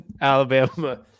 Alabama